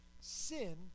sin